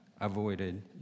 avoided